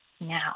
now